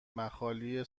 مخالی